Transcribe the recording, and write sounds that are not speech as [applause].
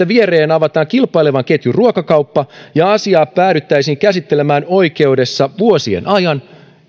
[unintelligible] viereen avataan kilpailevan ketjun ruokakauppa ja asiaa päädyttäisiin käsittelemään oikeudessa vuosien ajan